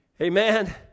Amen